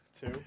Two